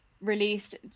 released